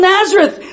Nazareth